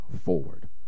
forward